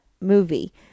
movie